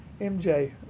MJ